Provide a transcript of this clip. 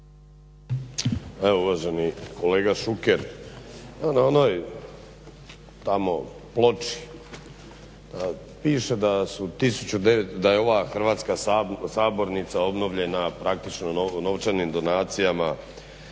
Evo uvaženi kolega Šuker, evo na onoj tamo ploči piše da su, da je ova Hrvatska sabornica obnovljena praktično novčanim donacijama